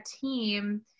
team